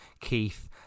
Keith